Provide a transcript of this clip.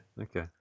Okay